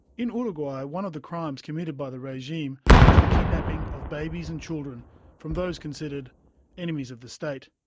in uruguay one of the crimes committed by the regime was the kidnapping of babies and children from those considered enemies of the state.